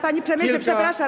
Panie premierze, przepraszam.